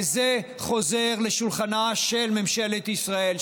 וזה חוזר לשולחנה של ממשלת ישראל.